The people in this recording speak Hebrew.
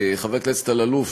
חבר הכנסת אלאלוף,